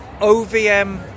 OVM